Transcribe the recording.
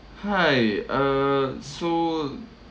hi uh so